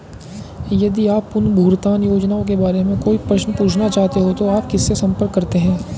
यदि आप पुनर्भुगतान योजनाओं के बारे में कोई प्रश्न पूछना चाहते हैं तो आप किससे संपर्क करते हैं?